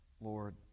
lord